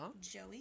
Joey